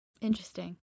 Interesting